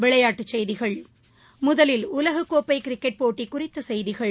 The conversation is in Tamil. விளையாட்டுச் செய்திகள் முதலில் உலகக்கோப்பைகிரிக்கெட் போட்டிகுறித்தசெய்திகள்